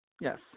Yes